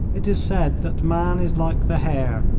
it is said that man is like the hare,